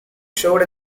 showed